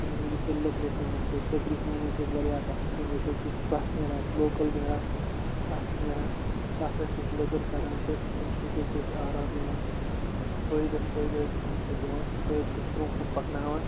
بہٕ حظ وَنیس وۄں لٔکرِ کٲم چھِ ییٚتہِ لکرِ کٲم حظ چھِ ییتہِ واریاہ اَصٕل کٲم ییٚہتہِ حظ چھُ فرٛیس نیران اَسہِ لوکَل نیران پھرٛٮ۪س نیران تَتھ حظ چھِ أسۍ لٔکٕر کَڑان تہٕ تمہِ سۭتۍ حظ چھِ أسۍ آرام یِوان فٲیدٕ فٲیدٕ حَظ چھِ تمہِ سۭتۍ یِوان سُ حظ چھِ أسۍ برونٛہہ کُن پَکناوان